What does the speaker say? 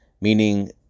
meaning